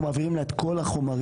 אנחנו מעבירים לה את כל החומרים,